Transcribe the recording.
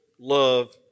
love